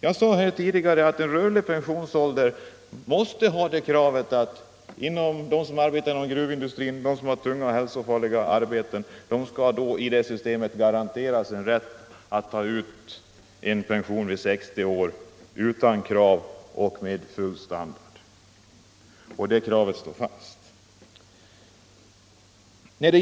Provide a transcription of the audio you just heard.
Jag sade tidigare att ett system med en rörlig pensionsålder måste innebära att de som arbetar inom gruvindustrin, de som har tunga och hälsofarliga arbeten, garanteras rätt att ta ut pension vid 60 års ålder utan några villkor och med full standard. Det kravet står fast.